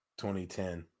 2010